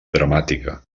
dramàtica